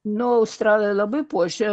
nu australai labai puošia